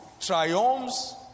triumphs